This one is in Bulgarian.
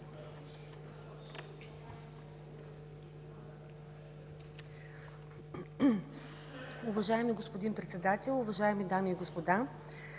Уважаеми господин Председател, уважаеми дами и господа!